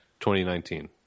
2019